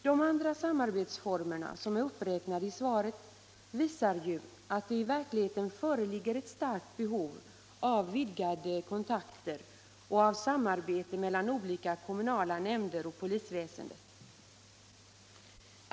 De andra samarbetsformerna som är uppräknade i svaret visar ju att det i verkligheten föreligger ett starkt behov av vidgade kontakter och av samarbete mellan olika kommunala nämnder och polisväsendet.